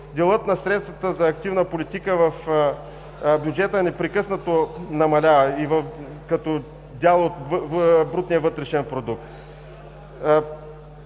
делът на средствата за активна политика в бюджета непрекъснато намалява като дял от брутния вътрешен продукт